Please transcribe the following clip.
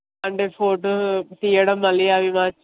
అంతే ఫోటో తీయడం మళ్ళీ అవి వాచ్